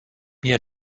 mir